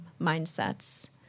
mindsets